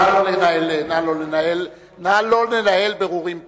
נא לא לנהל בירורים פה.